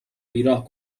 بیراه